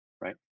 right